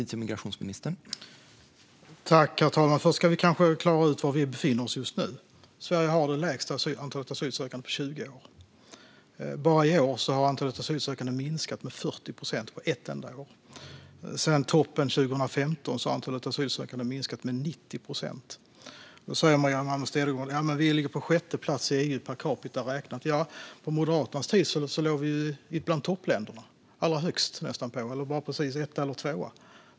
Herr talman! Först ska vi kanske klara ut var vi befinner oss just nu. Sverige har det minsta antalet asylsökande på 20 år. Bara i år har antalet asylsökande minskat med 40 procent - på ett enda år. Sedan toppen 2015 har antalet asylsökande minskat med 90 procent. Då säger Maria Malmer Stenergard att vi ligger på sjätte plats i EU per capita räknat. På Moderaternas tid låg vi bland toppländerna. Vi var etta eller tvåa.